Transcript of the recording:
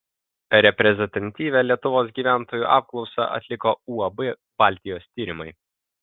reprezentatyvią lietuvos gyventojų apklausą atliko uab baltijos tyrimai